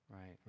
Right